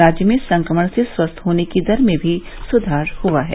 राज्य में संक्रमण से स्वस्थ होने की दर में भी सुधार हुआ है